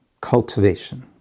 cultivation